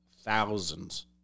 thousands